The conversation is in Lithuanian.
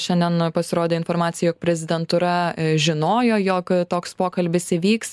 šiandien pasirodė informacija jog prezidentūra žinojo jog toks pokalbis įvyks